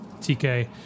TK